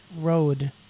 road